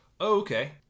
okay